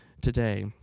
today